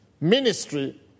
ministry